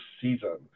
season